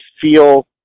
feel